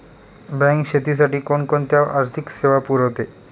Bank शेतीसाठी कोणकोणत्या आर्थिक सेवा पुरवते?